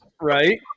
Right